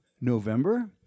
November